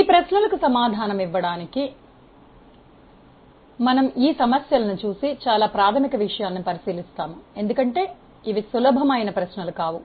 ఈ ప్రశ్నలకు సమాధానమివ్వటానికి మనము ఈ సమస్యలను చూసి చాలా ప్రాథమిక విషయాలని పరిశీలిస్తాము ఎందుకంటే ఇవి సులభమైన ప్రశ్నలు కావు